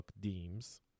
deems